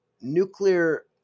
nuclear